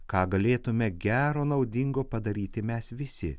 ką galėtumėme gero naudingo padaryti mes visi